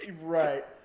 Right